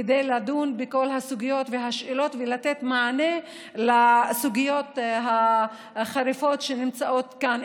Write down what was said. כדי לדון בכל הסוגיות והשאלות ולתת מענה לסוגיות החריפות שנמצאות כאן,